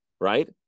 right